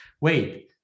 wait